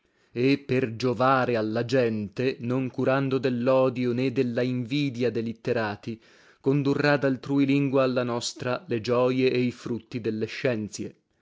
e per giovare alla gente non curando dellodio né della invidia de litterati condurrà daltrui lingua alla nostra le gioie e i frutti delle scienzie